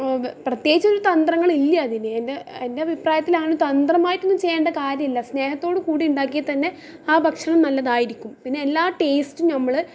പ്രത്യേകിച്ചൊരു തന്ത്രങ്ങളില്ല അതിന് എൻ്റെ എൻ്റെ അഭിപ്രായത്തിലങ്ങനെ തന്ത്രമായിട്ടൊന്നും ചെയ്യേണ്ട കാര്യമില്ല സ്നേഹത്തോടെ കൂടി ഉണ്ടാക്കിയാൽ തന്നെ ആ ഭക്ഷണം നല്ലതായിരിക്കും പിന്നെ എല്ലാ ടേസ്റ്റും ഞമ്മൾ